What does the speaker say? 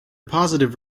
positive